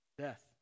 death